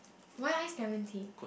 why ice lemon tea